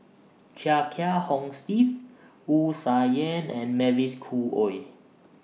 Chia Kiah Hong Steve Wu Tsai Yen and Mavis Khoo Oei